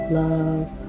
love